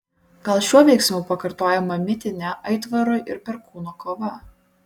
gal šiuo veiksmu pakartojama mitinė aitvaro ir perkūno kova